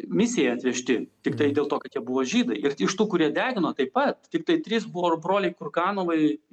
misijai atvežti tiktai dėl to kad jie buvo žydai ir iš tų kurie degino taip pat tiktai trys buvo ir broliai kurkanovai